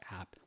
app